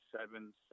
seven